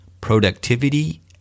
productivity